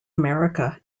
america